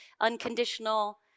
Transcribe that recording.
unconditional